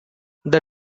the